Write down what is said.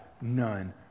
none